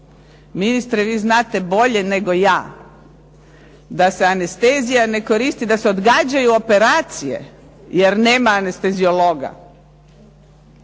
Ministre vi znate bolje nego ja da se anestezija ne koristi, da se odgađaju operacije jer nema anesteziologa,